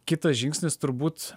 kitas žingsnis turbūt